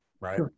right